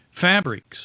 fabrics